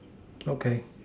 okay